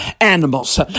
animals